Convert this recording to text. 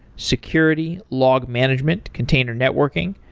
security, log management, container networking,